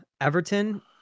Everton